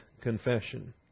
confession